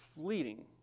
fleeting